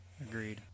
Agreed